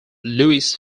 louis